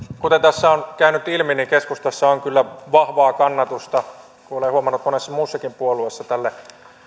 kuten tässä on käynyt ilmi keskustassa on kyllä vahvaa kannatusta ja olen huomannut monessa muussakin puolueessa tälle